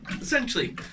Essentially